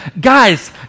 guys